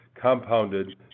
compounded